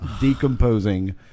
decomposing